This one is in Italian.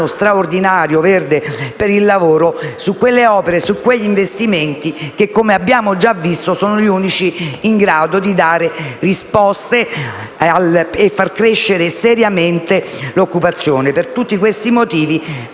straordinario per il lavoro verde, su quelle opere e su quegli investimenti che, come abbiamo già visto, sono gli unici in grado di dare risposte e far crescere seriamente l'occupazione. Per tutti questi motivi,